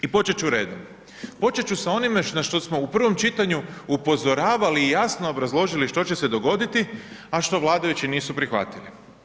I počet ću redom, počet ću sa onime na što smo u prvom čitanju upozoravali i jasno upozorili što će se dogoditi, a što vladajući nisu prihvatili.